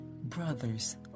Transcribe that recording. Brothers